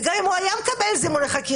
וגם אם הוא היה מקבל זימון לחקירה,